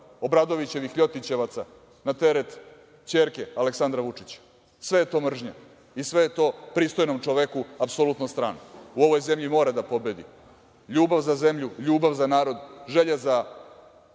Obradovićevih ljotićevaca na teret ćerke Aleksandra Vučića. Sve je to mržnja i sve je to pristojnom čoveku apsolutno strano.U ovoj zemlji mora da pobedi ljubav za zemlju, ljubav za narod, želja za